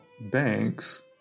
banks